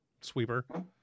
sweeper